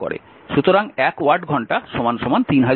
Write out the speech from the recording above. সুতরাং 1 ওয়াট ঘন্টা 3600 জুল